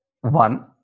one